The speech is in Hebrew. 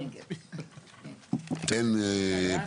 הצבעה אושרה.